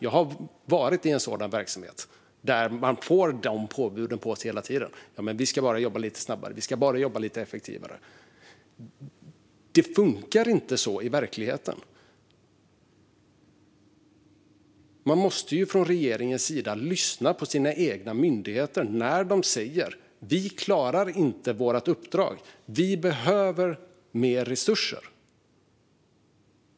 Jag har varit i en verksamhet där man hela tiden fick sådana påbud. "Vi ska bara jobba lite snabbare och effektivare." Det funkar inte så i verkligheten. Regeringen måste lyssna på sina egna myndigheter när de säger att de inte klarar sitt uppdrag och att de behöver mer resurser.